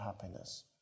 happiness